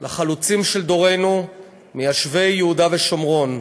לחלוצים של דורנו, מיישבי יהודה ושומרון: